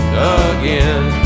again